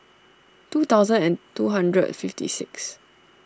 two thousand and two hundred fifty six